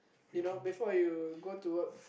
you know before you go to work